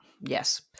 Yes